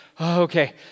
Okay